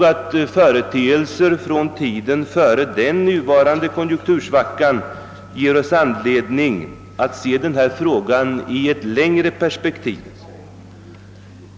Men företeelser från tiden före den nuvarande konjunktursvackan ger oss anledning att se den här frågan i ett längre perspektiv.